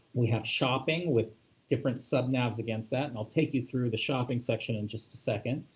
we have shopping with different sub navs against that, and i'll take you through the shopping section in just a second.